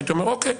הייתי אומר: אוקיי,